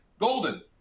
golden